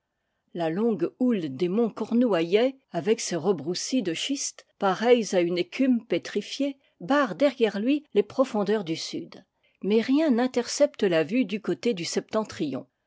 la longue houle des monts cornouaillais avec ses rebroussis de schistes pareils à une écume pétrifiée barre derrière lui les profondeurs du sud mais rien n intercepte la vue du côté du